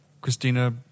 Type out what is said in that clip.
Christina